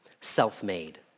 self-made